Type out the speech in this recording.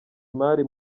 imari